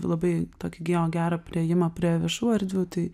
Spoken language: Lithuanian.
labai tokį geo gerą priėjimą prie viešų erdvių tai